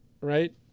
Right